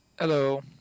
Hello